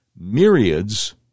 Myriads